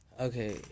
Okay